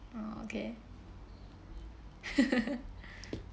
oh okay